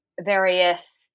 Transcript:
various